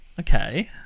Okay